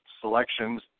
selections